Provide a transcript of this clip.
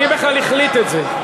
מי בכלל החליט את זה?